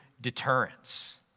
deterrence